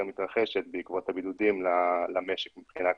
מתרחשת בעקבות הבידודים למשק מבחינה כלכלית.